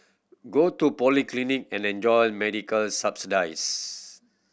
go to polyclinic and enjoy medical subsidies